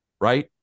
right